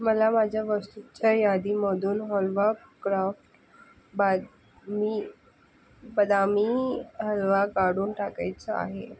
मला माझ्या वस्तूच्या यादीमदून हलवा क्राफ्ट बाद मी बदामी हलवा काढून टाकायचा आहे